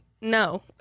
no